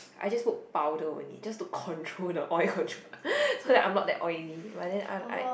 I just put powder only just to control the oil control so that I'm not that oily but then I like